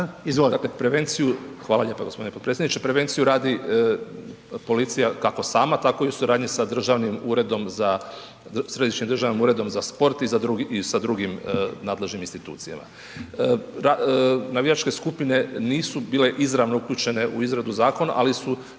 Hvala lijepo gospodine potpredsjedniče. Prevenciju radi policija kako sama tako i u suradnji sa Središnjim državnim uredom za sport i sa drugim nadležnim institucijama. Navijačke skupine nisu bile izravno uključene u izradu zakona, ali su